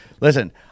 Listen